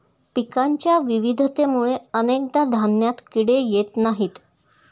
पिकांच्या विविधतेमुळे अनेकदा धान्यात किडे येत नाहीत